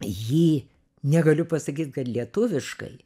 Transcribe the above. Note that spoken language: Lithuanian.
jį negaliu pasakyt kad lietuviškai